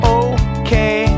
okay